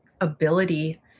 ability